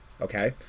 Okay